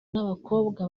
n’abakobwa